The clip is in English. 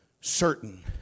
certain